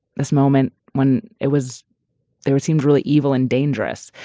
this moment when it was there seems really evil and dangerous.